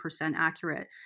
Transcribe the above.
accurate